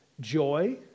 joy